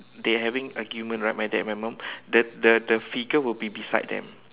they having argument right my dad and my mum the the the figure will be beside them